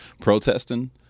protesting